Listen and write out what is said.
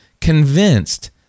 convinced